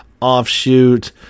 Offshoot